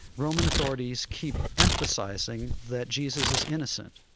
roman authorities keep emphasizing that jesus is innocent.